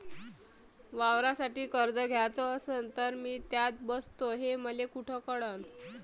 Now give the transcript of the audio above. वावरासाठी कर्ज घ्याचं असन तर मी त्यात बसतो हे मले कुठ कळन?